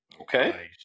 Okay